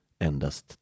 endast